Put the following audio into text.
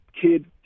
kid